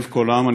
לב כל העם,